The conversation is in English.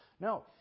No